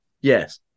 Yes